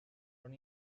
són